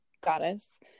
goddess